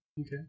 Okay